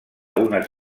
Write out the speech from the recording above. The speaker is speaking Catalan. unes